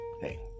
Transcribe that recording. Hey